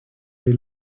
they